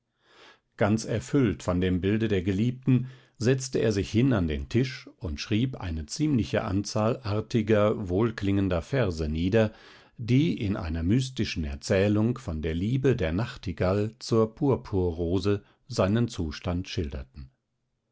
ganz erfüllt von dem bilde der geliebten setzte er sich hin an den tisch und schrieb eine ziemliche anzahl artiger wohlklingender verse nieder die in einer mystischen erzählung von der liebe der nachtigall zur purpurrose seinen zustand schilderten